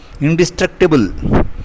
indestructible